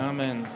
Amen